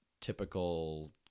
typical